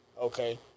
okay